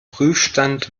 prüfstand